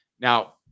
Now